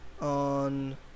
on